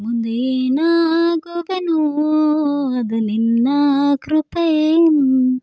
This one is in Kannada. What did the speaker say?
ಮುಂದೆ ಏನಾಗುವೆನು ಅದು ನಿನ್ನ ಕೃಪೆಯೇ